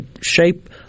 shape